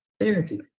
therapy